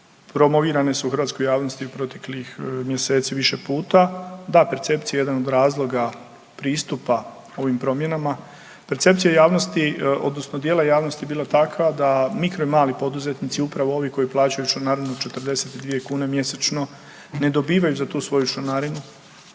promovirane se u hrvatskoj javnosti u proteklih mjeseci više puta. Da, percepcija je jedan od razloga pristupa ovim promjenama. Percepcija javnosti odnosno dijela javnosti bila takva da mikro i mali poduzetnici, upravo ovi koji plaćaju članarinu 42 kune mjesečno ne dobivaju za tu svoju članarinu